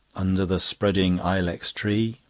under the spreading ilex tree.